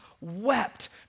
wept